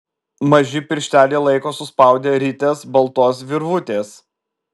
maži piršteliai laiko suspaudę rites baltos virvutės